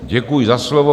Děkuji za slovo.